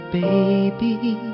baby